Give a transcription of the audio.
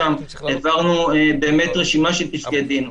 העברנו באמת רשימה של פסקי דין.